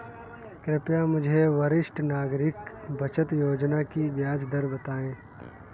कृपया मुझे वरिष्ठ नागरिक बचत योजना की ब्याज दर बताएं